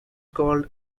called